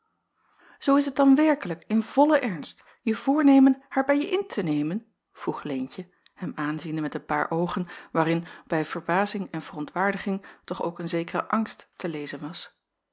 zoo is het dan werkelijk in volle ernst je voornemen haar bij je in te nemen vroeg leentje hem aanziende met een paar oogen waarin bij verbazing en verontwaardiging toch ook een zekere angst te lezen was